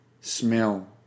smell